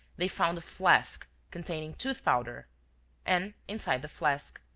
they found a flask containing tooth-powder and, inside the flask,